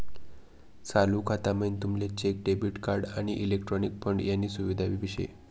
चालू खाता म्हाईन तुमले चेक, डेबिट कार्ड, आणि इलेक्ट्रॉनिक फंड यानी सुविधा भी शे